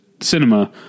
cinema